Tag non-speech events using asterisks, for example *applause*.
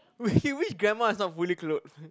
wait *laughs* which grandma is not fully clothed *laughs*